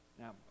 Now